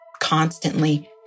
constantly